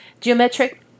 Geometric